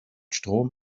strom